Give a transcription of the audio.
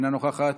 אינה נוכחת,